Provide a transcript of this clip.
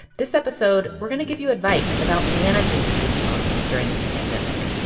this episode, we're going to give you advice about managing student loans during this pandemic.